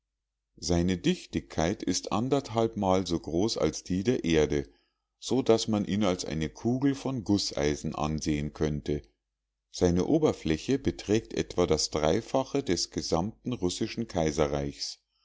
seine dichtigkeit ist anderthalbmal so groß als die der erde so daß man ihn als eine kugel von gußeisen ansehen könnte seine oberfläche beträgt etwa das dreifache des gesamten russischen kaiserreichs